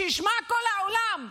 שישמע כל העולם: